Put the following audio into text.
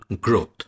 Growth